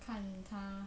看他